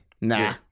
Nah